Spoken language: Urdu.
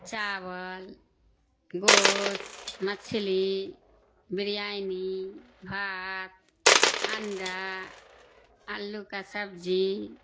چاول گوشت مچھلی بریانی بھات انڈا آلو کا سبزی